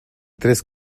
tres